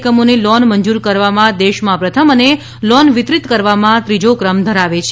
એકમોને લોન મંજૂર કરવામાં દેશમાં પ્રથમ અને લોન વિતરિત કરવામાં ત્રીજો ક્રમ ધરાવે છે